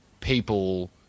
people